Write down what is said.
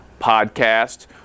Podcast